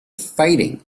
fighting